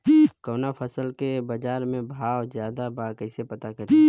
कवना फसल के बाजार में भाव ज्यादा बा कैसे पता करि?